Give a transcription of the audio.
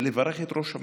לברך את ראש הממשלה,